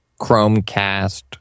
Chromecast